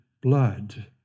blood